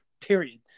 period